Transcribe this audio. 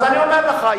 אז אני אומר לך,